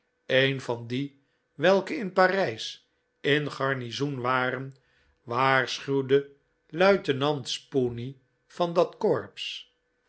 een van die welke in parijs in garnizoen waren waarschuwde luitenant spooney van dat corps